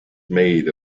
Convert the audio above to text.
made